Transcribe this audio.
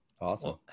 Awesome